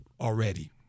already